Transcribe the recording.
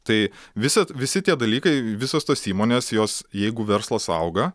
tai visad visi tie dalykai visos tos įmonės jos jeigu verslas auga